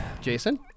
Jason